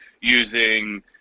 using